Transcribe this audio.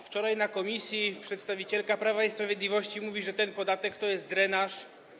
Wczoraj na posiedzeniu komisji przedstawicielka Prawa i Sprawiedliwości mówiła, że ten podatek to jest drenaż.